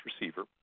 receiver